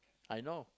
I know